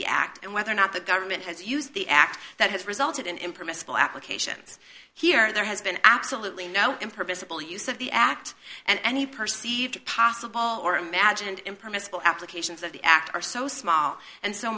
the act and whether or not the government has used the act that has resulted in impermissible applications here there has been absolutely no impermissible use of the act and any perceived possible or imagined impermissible applications of the act are so small and so